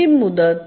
अंतिम मुदत